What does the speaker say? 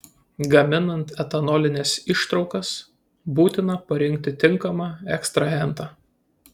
gaminant etanolines ištraukas būtina parinkti tinkamą ekstrahentą